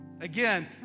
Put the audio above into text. Again